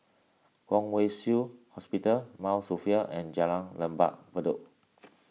Kwong Wai Shiu Hospital Mount Sophia and Jalan Lembah Bedok